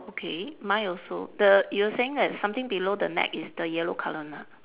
okay mine also the you were saying that something below the neck is the yellow colour ah